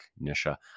Nisha